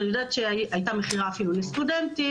אני יודעת שהייתה מכירה אפילו לסטודנטים,